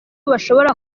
bashobora